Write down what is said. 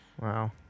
Wow